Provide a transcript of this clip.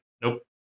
nope